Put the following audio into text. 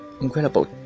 incredible